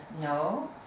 no